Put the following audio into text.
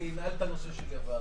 אני אנעל את הנושא של יוון.